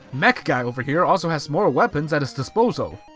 mech guy over here also has more weapons at his disposal.